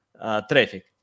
traffic